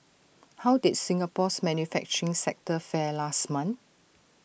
how did Singapore's manufacturing sector fare last month